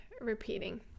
repeating